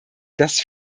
dass